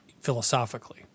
philosophically